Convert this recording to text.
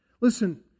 Listen